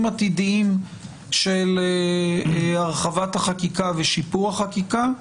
עתידיים של הרחבת החקיקה ושיפור החקיקה,